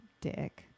dick